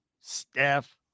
Steph